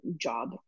job